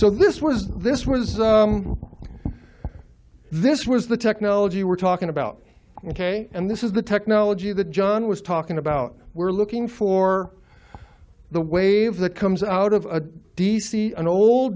so this was this was this was the technology we're talking about ok and this is the technology that john was talking about we're looking for the wave the comes out of a d c an old